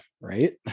right